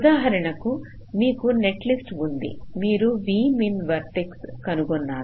ఉదాహరణకు మీకు నెట్లిస్ట్ ఉంది మీరు V min వర్టెక్స్ కనుగొన్నారు